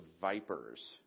vipers